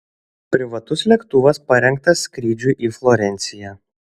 privatus lėktuvas parengtas skrydžiui į florenciją